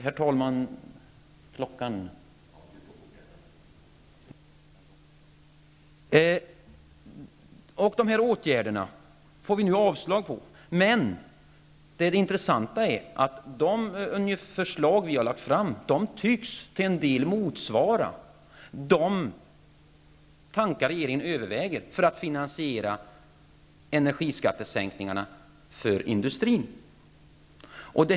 Nämnda förslag till åtgärder yrkar man avslag på. Men det är intressant att notera att de förslag som vi har lagt fram till en del tycks motsvara tankar som regeringen har när det gäller att finansiera energiskattesänkningarna för industrin.